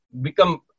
become